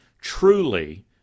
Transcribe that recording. truly